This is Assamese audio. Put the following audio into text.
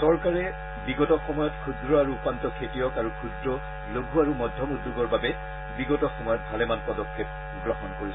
চৰকাৰে বিগত সময়ত ক্ষুদ্ৰ আৰু উপান্ত খেতিয়ক আৰু ক্ষুদ্ৰ লঘু আৰু মধ্যম উদ্যোগৰ বাবে বিগত সময়ত ভালেমান পদক্ষেপ গ্ৰহণ কৰিছে